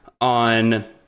on